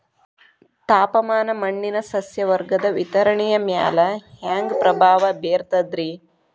ತಾಪಮಾನ ಮಣ್ಣಿನ ಸಸ್ಯವರ್ಗದ ವಿತರಣೆಯ ಮ್ಯಾಲ ಹ್ಯಾಂಗ ಪ್ರಭಾವ ಬೇರ್ತದ್ರಿ?